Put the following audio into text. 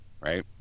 right